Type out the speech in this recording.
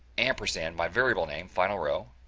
ampersand, my variable name finalrow,